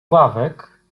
ławek